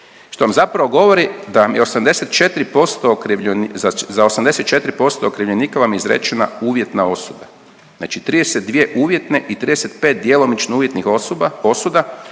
da vam je 84% okrivlje…, za 84% okrivljenika vam je izrečena uvjetna osuda. Znači 32 uvjetne i 35 djelomično uvjetnih osoba,